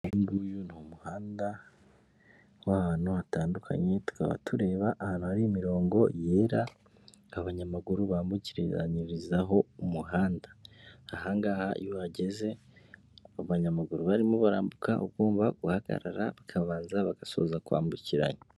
Uyu nguyu ni umuhanda w'ahantu hatandukanye, tukaba tureba ahantu hari imirongo yera abanyamaguru bambukiranirizaho umuhanda, aha ngaha iyo uhageze abanyamaguru barimo barambuka ugomba guhagarara, bakabanza bagasoza kwambukiranya.